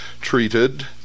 treated